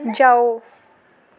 जाओ